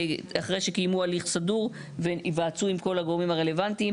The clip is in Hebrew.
אחרי שקיימו הליך סדור והיוועצו עם כל הגורמים הרלוונטיים.